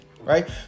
right